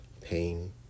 pain